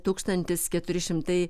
tūkstantis keturi šimtai